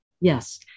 Yes